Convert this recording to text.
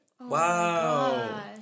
Wow